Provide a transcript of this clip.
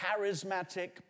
charismatic